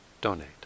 donate